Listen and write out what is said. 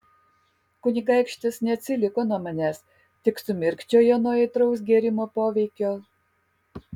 kunigaikštis neatsiliko nuo manęs tik sumirkčiojo nuo aitraus gėrimo poveikio